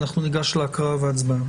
אנחנו ניגש להקראה ולהצבעה,